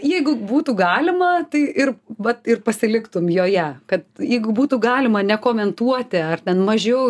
jeigu būtų galima tai ir vat ir pasiliktum joje kad jeigu būtų galima nekomentuoti ar ten mažiau